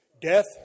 death